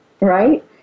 Right